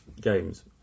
games